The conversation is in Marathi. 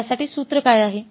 त्यासाठी सूत्र काय आहे